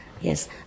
yes